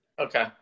Okay